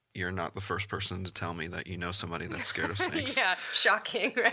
you're not the first person to tell me that you know somebody that's scared of snakes. yeah. shocking, right?